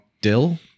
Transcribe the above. Dill